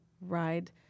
ride